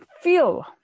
feel